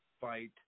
fight